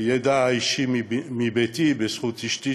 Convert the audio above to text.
הידע האישי מביתי בזכות אשתי,